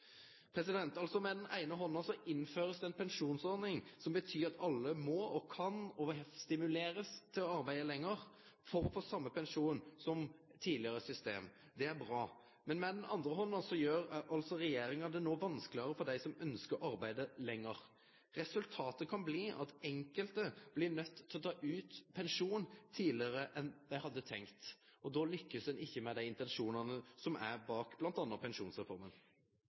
ein altså ei pensjonsordning som betyr at alle må stimulerast til å arbeide lenger for å få same pensjon som i det tidlegare systemet. Det er bra. Men med den andre handa gjer regjeringa det no vanskelegare for dei som ønskjer å arbeide lenger. Resultatet kan bli at enkelte blir nøydde til å ta ut pensjon tidlegare enn dei hadde tenkt. Då lykkast ein ikkje med dei intensjonane som er bak bl.a. Pensjonsreforma.